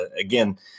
again